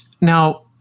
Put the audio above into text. now